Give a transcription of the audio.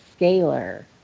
scalar